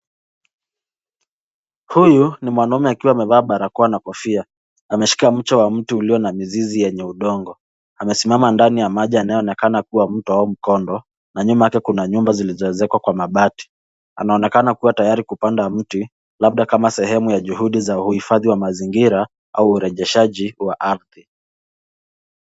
Huyu ni mwanamume akiwa amevaa barakoa na kofia. Amemshika mche wa mti ulio na mizizi yenye udongo. Amesimama ndani ya maji, yanayoonekana kuwa ya mto au mkondo, na nyuma yake kuna nyumba zilizoezekwa kwa mabati. Anaonekana kuwa tayari kupanda mti, labda kama sehemu ya juhudi za uhifadhi wa mazingira au urejeshaji wa ardhi.